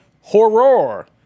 horror